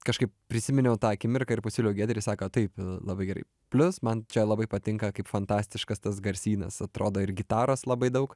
kažkaip prisiminiau tą akimirką ir pasiūliau giedrė sako taip labai gerai plius man čia labai patinka kaip fantastiškas tas garsynas atrodo ir gitaros labai daug